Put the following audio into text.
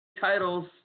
titles